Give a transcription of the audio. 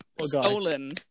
stolen